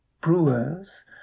brewers